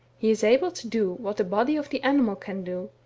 he is able to do what the body of the animal can do,